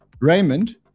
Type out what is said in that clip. Raymond